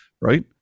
right